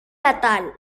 natal